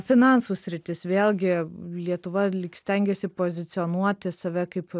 finansų sritis vėlgi lietuva lyg stengiasi pozicionuoti save kaip